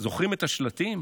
זוכרים את השלטים?